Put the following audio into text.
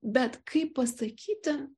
bet kaip pasakyti